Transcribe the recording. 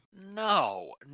No